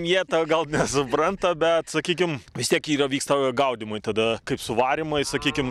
jie tą gal nesupranta bet sakykim vis tiek yre vyksta gaudymui tada kaip suvarymai sakykim